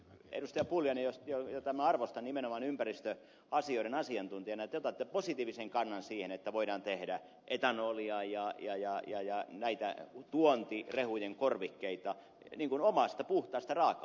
pulliainen jota minä arvostan nimenomaan ympäristöasioiden asiantuntijana te otatte positiivisen kannan siihen että voidaan tehdä etanolia ja näitä tuontirehujen korvikkeita omasta puhtaasta raaka aineesta